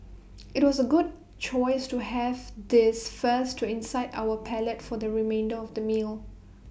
IT was A good choice to have this first to incite our palate for the remainder of the meal